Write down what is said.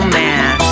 man